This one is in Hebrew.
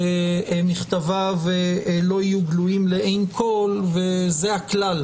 שכתביו לא יהיו גלויים לעין כל וזה הכלל,